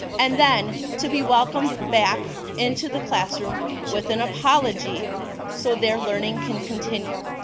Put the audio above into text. and then to be welcomed back into the classroom with an apology so their learning can continue.